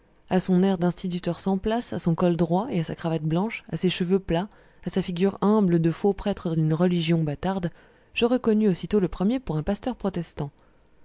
à son air d'instituteur sans place à son col droit et à sa cravate blanche à ses cheveux plats à sa figure humble de faux prêtre d'une religion bâtarde je reconnus aussitôt le premier pour un pasteur protestant